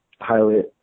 highly